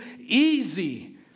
easy